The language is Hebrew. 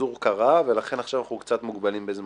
הפיזור קרה, ולכן עכשיו אנחנו קצת מוגבלים בזמנים.